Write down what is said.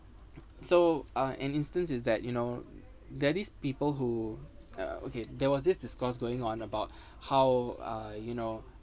so uh an instance is that you know there these people who uh okay there was this discourse going on about how uh you know